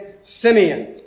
Simeon